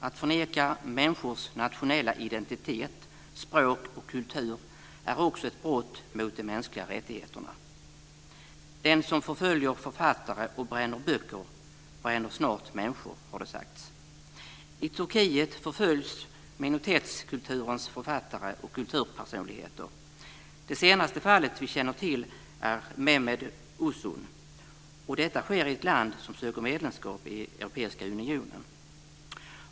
Att förneka människors nationella identitet, språk och kultur är också ett brott mot de mänskliga rättigheterna. Den som förföljer författare och bränner böcker bränner snart människor, har det sagts. I Turkiet förföljs minoritetskulturens författare och kulturpersonligheter. Det senaste fallet vi känner till är Mehmed Uzun. Detta sker i ett land som söker medlemskap i Europeiska unionen.